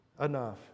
enough